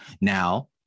Now